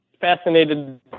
fascinated